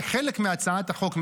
כחלק מהצעת החוק,